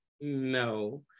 No